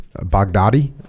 Baghdadi